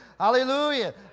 Hallelujah